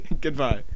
Goodbye